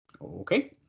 Okay